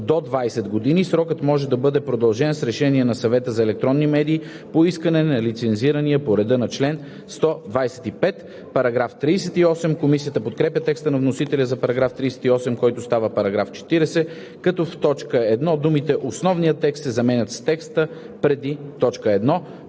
до 20 години. Срокът може да бъде продължен с решение на Съвета за електронни медии по искане на лицензирания по реда на чл. 125.“ Комисията подкрепя текста на вносителя за § 38, който става § 40, като в т. 1 думите „основния текст“ се заменят с „текста преди т. 1“.